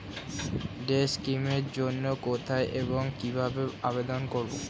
Day scheme এর জন্য কোথায় এবং কিভাবে আবেদন করব?